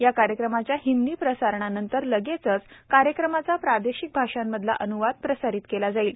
या कार्यक्रमाच्या हिंदी प्रसारणानंतर लगेचच कार्यक्रमाचा प्रादेशिक भाषांमधला अनुवाद प्रसारित केला जाईल